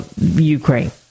Ukraine